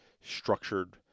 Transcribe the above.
structured